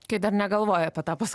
kai dar negalvoja apie tą pask